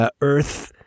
Earth